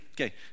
okay